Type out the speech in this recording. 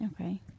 Okay